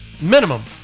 Minimum